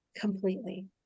Completely